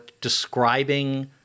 describing